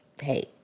hey